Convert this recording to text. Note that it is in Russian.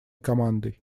командой